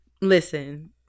Listen